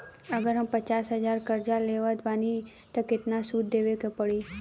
अगर हम पचास हज़ार कर्जा लेवत बानी त केतना सूद देवे के पड़ी?